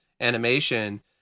animation